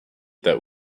that